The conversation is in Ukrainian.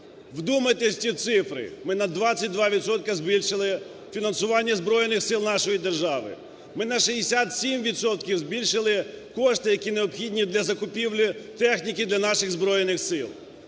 Вдумайтесь в ці цифри. Ми на 22 відсотки збільшили фінансування Збройних Сил нашої держави. Ми на 67 відсотків збільшили кошти, які необхідні для закупівлі техніки для наших Збройних Сил.